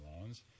loans